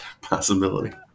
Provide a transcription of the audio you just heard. possibility